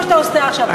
מה שאתה עושה עכשיו?